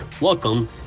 Welcome